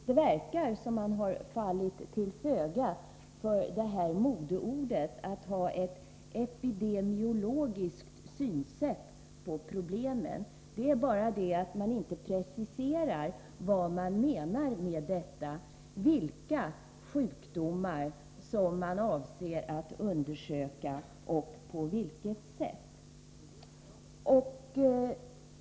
Det verkar som om man har fallit till föga för modeordet att ha ett epidemiologiskt synsätt på problemen. Det är bara det att man inte preciserar vad man menar med detta. Vilka sjukdomar avser man att undersöka och på vilket sätt?